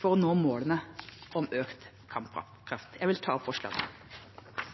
for å nå målene om økt kampkraft. Jeg vil ta opp forslaget